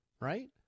right